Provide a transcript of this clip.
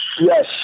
yes